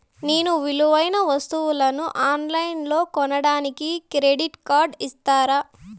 నేను విలువైన వస్తువులను ఆన్ లైన్లో కొనడానికి క్రెడిట్ కార్డు ఇస్తారా?